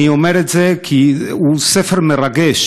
אני אומר את זה כי הוא ספר מרגש,